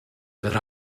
that